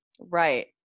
Right